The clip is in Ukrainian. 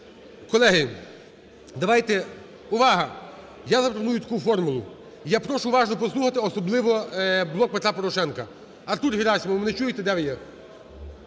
Колеги, давайте, увага, я запропоную таку формулу, я прошу уважно послухати, особливо "Блок Петра Порошенка". Артур Герасимов, ви мене чуєте,